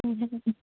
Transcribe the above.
ਹਮ